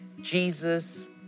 Jesus